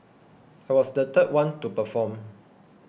I was the third one to perform